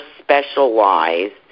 specialized